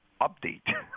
update